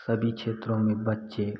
सभी क्षेत्रों में बच्चे